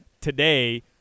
today